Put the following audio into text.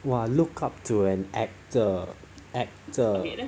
!wah! looked up to an actor actor